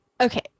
Okay